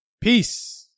Peace